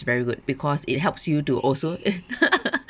very good because it helps you to also